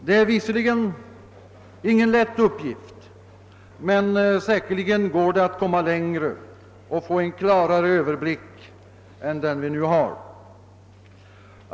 Det är visserligen ingen lätt uppgift, men säkerligen går det att skaffa sig en klarare överblick än den vi nu har.